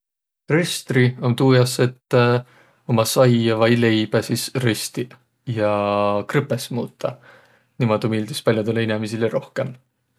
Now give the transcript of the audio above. Röstri om tuu jaos, et uma saia vai leibä sis röstiq ja krõpõs muutaq, niimuudu miildüs pall'odõlõ inemiisile rohkõmb.